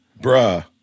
Bruh